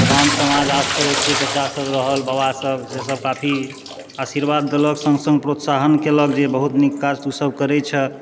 तऽ गाम समाज आस पड़ोसके चाचा सब रहल बाबा सब से सब काफी आशीर्वाद देलक सङ्ग सङ्ग प्रोत्साहन केलक जे बहुत नीक काउज तू सब करै छह